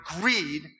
greed